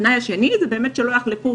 התנאי השני הוא שלא יחלפו